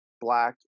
Black